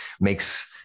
makes